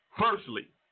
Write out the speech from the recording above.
Firstly